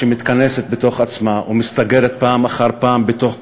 שמתכנסת בתוך עצמה ומסתגרת פעם אחר פעם בתוך קונכייה,